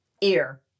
ear